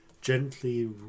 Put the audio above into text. gently